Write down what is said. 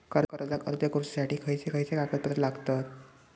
कर्जाक अर्ज करुच्यासाठी खयचे खयचे कागदपत्र लागतत